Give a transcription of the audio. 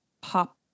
pop